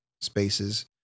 spaces